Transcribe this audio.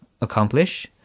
accomplish